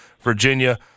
Virginia